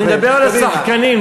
אני מדבר על השחקנים.